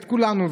את כולנו.